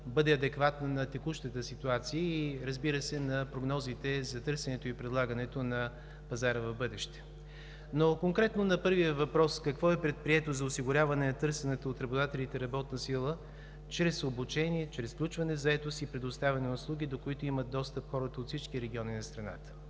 бъде адекватна на текущата ситуация и, разбира се, на прогнозите за търсенето и предлагането на пазара в бъдеще. Конкретно на първия въпрос: какво е предприето за осигуряване на търсената от работодателите работна сила чрез обучение, чрез включване в заетост и предоставяне на услуги, до които имат достъп хората от всички региони на страната?